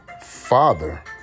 father